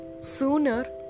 sooner